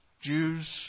Jews